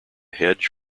hedge